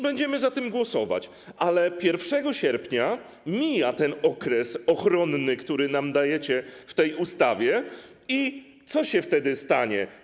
Będziemy za tym głosować, ale 1 sierpnia mija ten okres ochronny, który nam dajecie w tej ustawie i co się wtedy stanie?